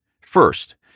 First